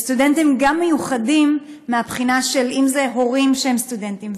וסטודנטים גם מיוחדים מהבחינה של אם זה הורים שהם סטודנטים,